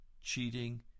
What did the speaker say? cheating